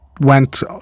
went